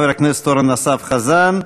חבר הכנסת אורן אסף חזן,